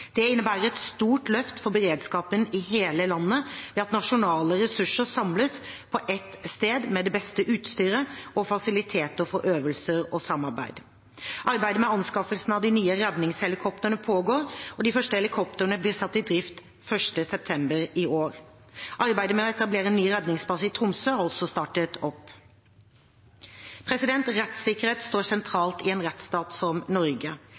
Det innebærer et stort løft for beredskapen i hele landet ved at nasjonale ressurser samles på ett sted med det beste utstyret og fasiliteter for øvelser og samarbeid. Arbeidet med anskaffelsen av de nye redningshelikoptrene pågår, og de første helikoptrene ble satt i drift 1. september i år. Arbeidet med å etablere en ny redningsbase i Tromsø har også startet opp. Rettssikkerhet står sentralt i en rettsstat som Norge.